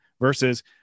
versus